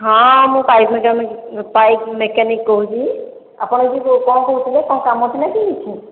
ହଁ ମୁଁ pipe mechanic pipe mechanic କହୁଛି ଆପଣ କିଛି କ'ଣ କହୁଥିଲେ କ'ଣ କାମ ଥିଲା କି କିଛି